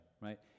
right